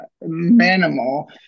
minimal